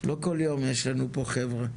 לא כל יום יש לנו פה חבר'ה.